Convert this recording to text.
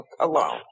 alone